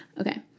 Okay